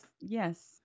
Yes